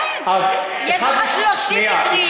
כן, יש לך 30 מקרים, שנייה.